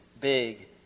big